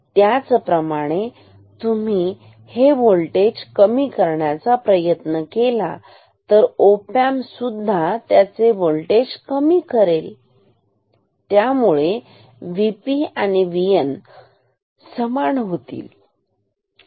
त्याचप्रमाणे तुम्ही हे व्होल्टेज कमी करण्याचा प्रयत्न केला तर ओपॅम्प सुद्धा त्याचे व्होल्टेज कमी करेल त्यामुळे VP आणि VN समान होतील